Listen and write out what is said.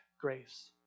grace